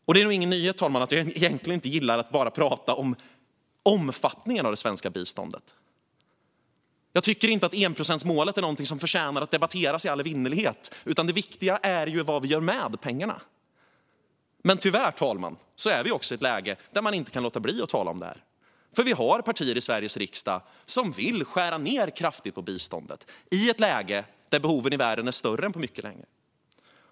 Det är nog ingen nyhet att jag egentligen inte gillar att bara prata om omfattningen av det svenska biståndet. Jag tycker inte att enprocentsmålet är något som förtjänar att debatteras i all evinnerlighet, utan det viktiga är ju vad vi gör med pengarna. Men tyvärr är vi ett läge där man inte kan låta bli att tala om detta, för vi har partier i Sveriges riksdag som vill skära ned kraftigt på biståndet samtidigt som behoven i världen är större än på mycket länge.